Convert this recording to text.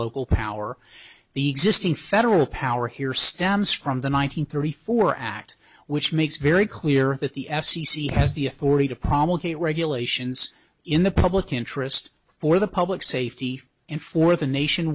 local power the existing federal power here stems from the one nine hundred thirty four act which makes very clear that the f c c has the authority to promulgated regulations in the public interest for the public safety and for the nation